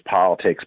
politics